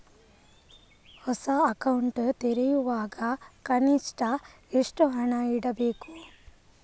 ಹೊಸ ಅಕೌಂಟ್ ತೆರೆಯುವಾಗ ಕನಿಷ್ಠ ಎಷ್ಟು ಹಣ ಇಡಬೇಕು?